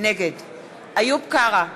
נגד איוב קרא,